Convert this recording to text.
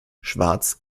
schwarz